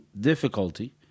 difficulty